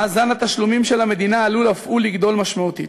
מאזן התשלומים של המדינה עלול אף הוא לגדול משמעותית,